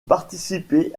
participer